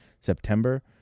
September